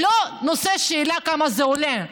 זה לא שאלה כמה זה עולה.